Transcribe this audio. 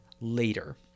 later